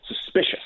suspicious